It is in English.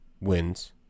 Wins